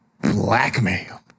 blackmail